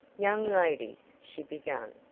young ladies, she began,